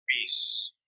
Peace